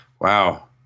wow